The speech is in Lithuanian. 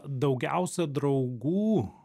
daugiausia draugų